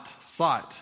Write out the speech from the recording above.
sight